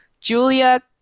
Julia